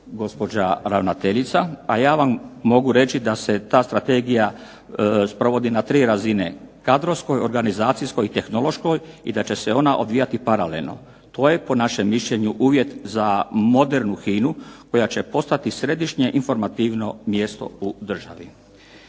gospođa ravnateljica, a ja vam mogu reći da se ta strategija sprovodi na tri razine kadrovskoj, organizacijskoj i tehnološkoj i da će se ona odvijati paralelno. To je po našem mišljenju uvjet za modernu HINA-u koja će postati središnje informativno mjesto u državi.